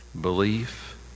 belief